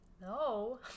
no